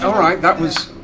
so right, that was.